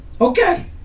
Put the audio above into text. Okay